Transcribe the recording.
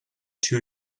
two